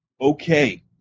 Okay